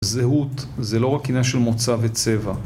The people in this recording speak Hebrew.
זהות זה לא רק עניין של מוצא וצבע